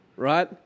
right